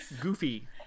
goofy